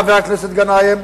חבר הכנסת גנאים,